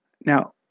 Now